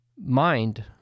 mind